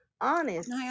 honest